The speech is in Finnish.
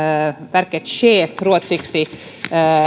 verkets chef ruotsiksi